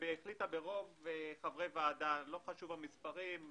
היא החליטה ברוב של חברים - לא חשוב המספרים,